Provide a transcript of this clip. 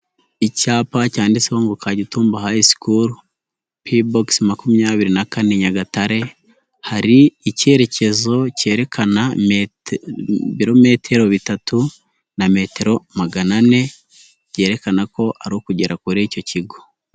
Icyapa cyanditseho ngo Kagitumba hayi sikuru pibogisi makumyabiri na kane Nyagatare hari icyerekezo cyerekana ibirometero bitatu na metero magana ane byerekana ko ari ukugera kuri icyo kigo.